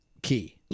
key